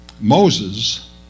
Moses